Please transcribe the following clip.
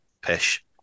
pish